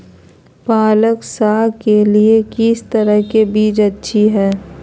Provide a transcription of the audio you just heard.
पालक साग के लिए किस तरह के बीज अच्छी है?